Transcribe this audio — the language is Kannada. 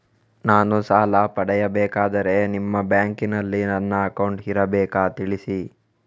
ನಾನು ಸಾಲ ಪಡೆಯಬೇಕಾದರೆ ನಿಮ್ಮ ಬ್ಯಾಂಕಿನಲ್ಲಿ ನನ್ನ ಅಕೌಂಟ್ ಇರಬೇಕಾ ತಿಳಿಸಿ?